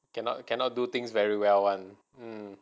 cannot cannot do things very well [one] um